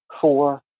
Four